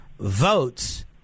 votes